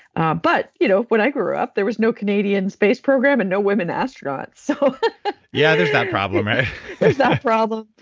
ah but you know when i grew up, there was no canadian space program and no women astronauts, so yeah. there's that problem. right? there's that problem.